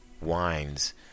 Wines